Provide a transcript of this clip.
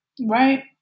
Right